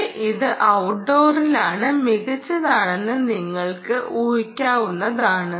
പക്ഷേ ഇത് ഔട്ട്ഡോറിലാണ് മികച്ചതെന്ന് നിങ്ങൾക്ക് ഊഹിക്കാവുന്നതാണ്